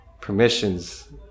permissions